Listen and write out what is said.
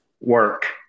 work